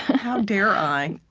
how dare i?